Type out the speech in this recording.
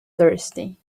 thirsty